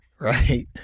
Right